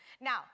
Now